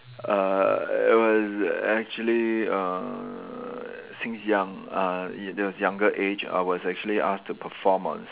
uh it was actually uh since young uh in at a younger age I was actually asked to perform on